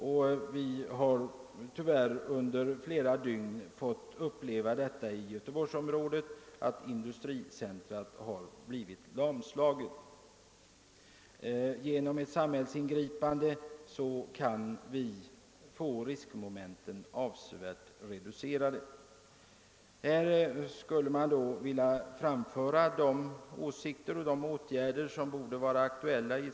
Tyvärr har vi i Göteborgsområdet under flera dygn fått uppleva att vårt industricentrum har blivit lamslaget. Genom ett samhällsingripande skulle riskmomenten avsevärt reduceras. Vilka åtgärder borde då vara aktuella?